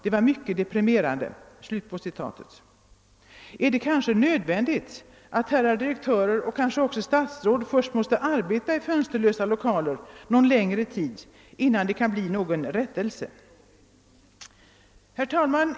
Det var mycket deprimerande.» Är det kanske nödvändigt att herrar direktörer och statsråd först arbetar i fönsterlösa lokaler någon längre tid, innan det kan ske en rättelse av den nuvarande ordningen? Herr talman!